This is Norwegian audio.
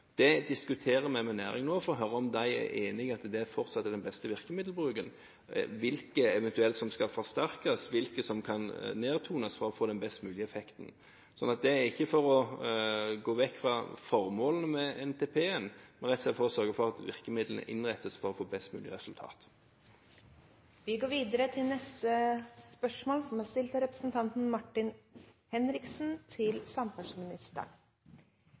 Det diskuterer vi med næringen nå for å høre om de er enige i at det fortsatt er den beste virkemiddelbruken – hvilke som eventuelt skal forsterkes, og hvilke som kan nedtones for å få den best mulige effekten. Så det er ikke for å gå bort fra formålene med NTP-en, men rett og slett for å sørge for at virkemidlene innrettes for å få best mulig resultat.